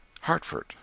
Hartford